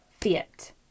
fit